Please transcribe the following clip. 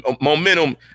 momentum